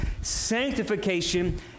sanctification